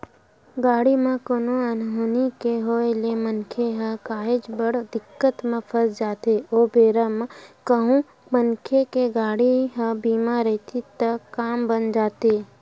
गाड़ी म कोनो अनहोनी के होय ले मनखे ह काहेच बड़ दिक्कत म फस जाथे ओ बेरा म कहूँ मनखे के गाड़ी ह बीमा रहिथे त काम बन जाथे